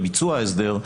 בביצוע ההסדר,